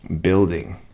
building